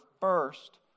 first